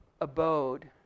abode